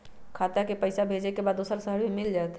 खाता के पईसा भेजेए के बा दुसर शहर में मिल जाए त?